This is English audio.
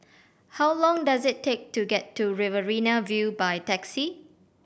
how long does it take to get to Riverina View by taxi